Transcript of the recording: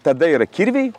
tada yra kirviai